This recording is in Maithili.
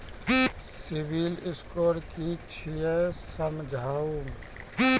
सिविल स्कोर कि छियै समझाऊ?